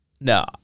No